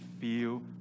feel